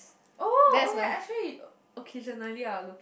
oh oh yea actually occasionally I will look